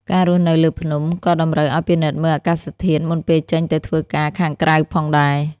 ការរស់នៅលើភ្នំ ក៏តម្រូវឲ្យពិនិត្យមើលអាកាសធាតុមុនពេលចេញទៅធ្វើការខាងក្រៅផងដែរ។